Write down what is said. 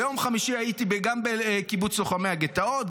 ביום חמישי הייתי גם בקיבוץ לוחמי הגטאות,